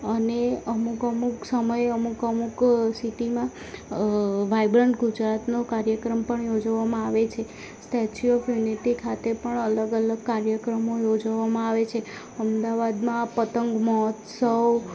અને અમુક અમુક સમયે અમુક અમુક સિટીમાં વાઇબ્રન્ટ ગુજરાતનો કાર્યક્રમ પણ યોજવામાં આવે છે સ્ટેચ્યુ ઓફ યુનિટી ખાતે પણ અલગ અલગ કાર્યક્રમો યોજવામાં આવે છે અમદાવાદમાં પતંગ મહોત્સવ